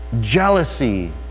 jealousy